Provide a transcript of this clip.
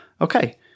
okay